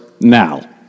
now